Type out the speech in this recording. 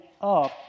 up